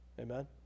Amen